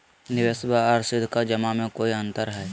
निबेसबा आर सीधका जमा मे कोइ अंतर हय?